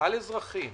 על אזרחים